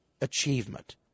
achievement